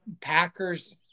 Packers